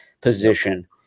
position